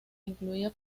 incluía